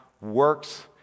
works